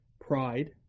Pride